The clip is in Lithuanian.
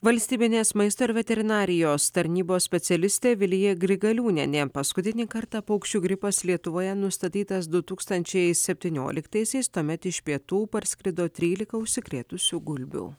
valstybinės maisto ir veterinarijos tarnybos specialistė vilija grigaliūnienė paskutinį kartą paukščių gripas lietuvoje nustatytas du tūkstančiai septynioliktaisiais tuomet iš pietų parskrido trylika užsikrėtusių gulbių